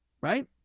right